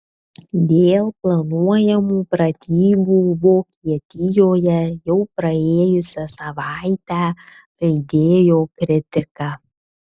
dėl planuojamų pratybų vokietijoje jau praėjusią savaitę aidėjo kritika